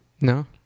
No